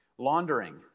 laundering